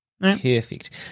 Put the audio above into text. Perfect